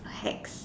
hex